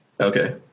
Okay